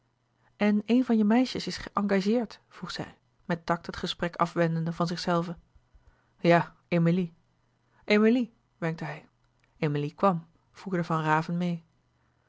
en een van je meisjes is geëngageerd vroeg zij met tact het gesprek afwendende van zichzelve ja emilie emilie wenkte hij emilie kwam voerde van raven meê